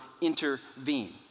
intervene